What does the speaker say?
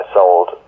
sold